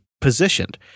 positioned